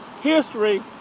history